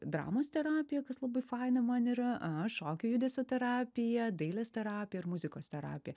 dramos terapija kas labai faina man yra šokio judesio terapija dailės terapija ir muzikos terapija